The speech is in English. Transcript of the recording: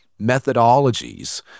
methodologies